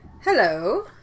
Hello